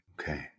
Okay